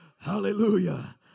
hallelujah